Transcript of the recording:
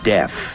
Death